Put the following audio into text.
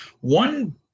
One